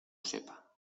sepa